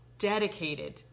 Dedicated